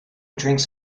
drinks